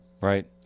Right